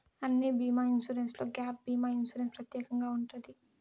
అన్ని బీమా ఇన్సూరెన్స్లో గ్యాప్ భీమా ఇన్సూరెన్స్ ప్రత్యేకంగా ఉంటది